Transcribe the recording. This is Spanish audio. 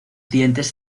dientes